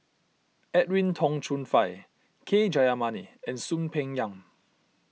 Edwin Tong Chun Fai K Jayamani and Soon Peng Yam